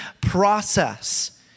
process